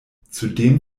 zudem